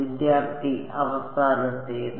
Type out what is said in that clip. വിദ്യാർത്ഥി അവസാനത്തേത്